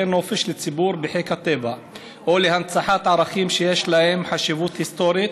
נופש לציבור בחיק הטבע או להנצחת ערכים שיש להם חשיבות היסטורית,